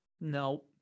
No